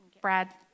Brad